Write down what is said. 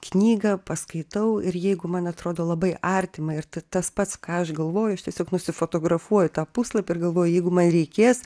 knygą paskaitau ir jeigu man atrodo labai artima ir t tas pats ką aš galvo aš tiesiog nusifotografuoju tą puslapį ir galvoju jeigu man reikės